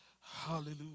Hallelujah